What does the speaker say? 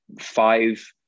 five